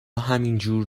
همینجور